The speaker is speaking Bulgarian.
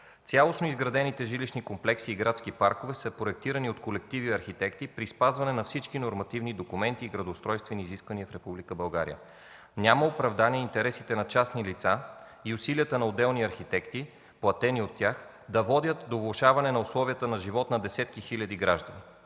Цялостно изградените жилищни комплекси и градски паркове са проектирани от колективи архитекти при спазване на всички нормативни документи и градоустройствени изисквания в Република България. Няма оправдание интересите на частни лица и усилията на отделни архитекти – платени от тях, да водят до влошаване условията на живот на десетки хиляди граждани.